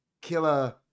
killer